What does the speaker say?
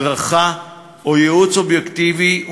הדרכה או ייעוץ אובייקטיבי,